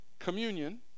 communion